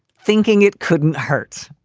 thinking it couldn't hurt.